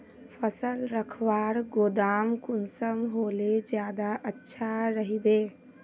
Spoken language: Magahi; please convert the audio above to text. फसल रखवार गोदाम कुंसम होले ज्यादा अच्छा रहिबे?